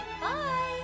Bye